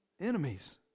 enemies